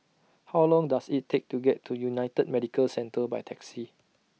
How Long Does IT Take to get to United Medicare Centre By Taxi